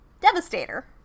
devastator